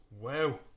wow